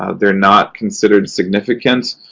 ah they're not considered significant.